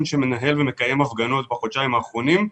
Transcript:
שמנהל ומקיים הפגנות בחודשיים האחרונים,